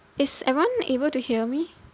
is everyone able to hear me